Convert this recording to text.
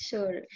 Sure